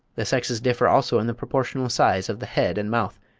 the sexes differ also in the proportional size of the head and mouth,